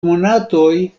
monatoj